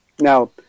Now